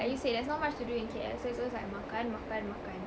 like you said there's not much to do in K_L so it's always like makan makan makan